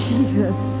Jesus